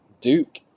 Duke